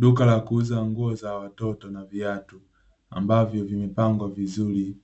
Duka la kuuza nguo za watoto na viatu, ambavyo vimepangwa vizuri,